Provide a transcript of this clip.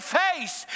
face